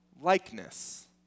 likeness